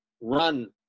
run